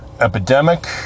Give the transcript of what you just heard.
epidemic